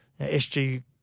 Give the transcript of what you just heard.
SG